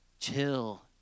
Chill